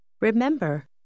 remember